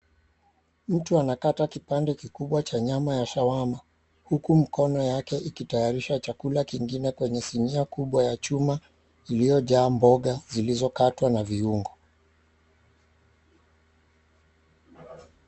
Mtu anakata kipande kikubwa cha nyama ya shawarma huku mkono yake ikitayarisha chakula kingine kwenye sinia kubwa ya chuma iliyojaa mboga zilizokatwa na viungo.